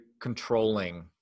controlling